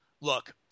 Look